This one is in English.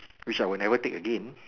which I will never take again